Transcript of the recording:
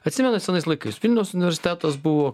atsimenat senais laikais vilniaus universitetas buvo